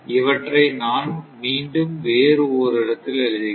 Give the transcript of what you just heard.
இவற்றை நான் மீண்டும் வேறு ஓரிடத்தில் எழுதுகிறேன்